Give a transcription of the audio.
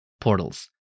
portals